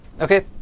Okay